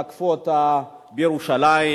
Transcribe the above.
שתקפו אותה בירושלים.